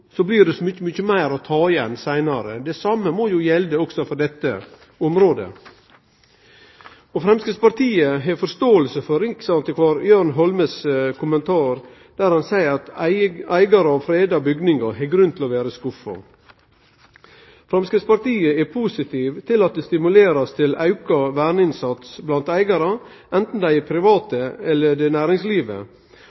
så mykje meir å ta igjen seinare. Det same må jo også gjelde på dette området. Framstegspartiet har forståing for riksantikvar Jørn Holmes kommentar. Han seier: «Eiere av fredete bygninger har grunn til å være skuffet.» Framstegspartiet er positiv til at det skal stimulerast til auka verneinnsats blant eigarar, anten det er